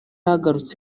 agarutse